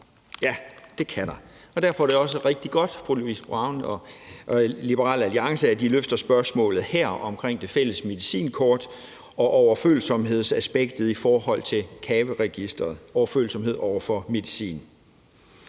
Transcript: Ja, det kan der. Og derfor er det også rigtig godt, at fru Louise Brown og Liberal Alliance løfter spørgsmålet omkring det fælles medicinkort og overfølsomhedsaspektet i forhold til CAVE-registeret, altså overfølsomhed over for medicin.